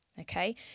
Okay